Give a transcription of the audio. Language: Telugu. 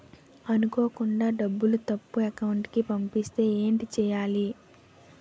అనుకోకుండా డబ్బులు తప్పు అకౌంట్ కి పంపిస్తే ఏంటి చెయ్యాలి?